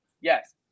yes